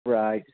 price